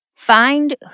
Find